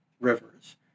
rivers